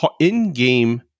in-game